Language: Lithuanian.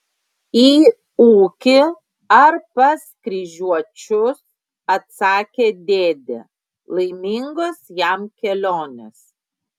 į ūkį ar pas kryžiuočius atsakė dėdė laimingos jam kelionės